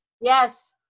Yes